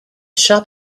shop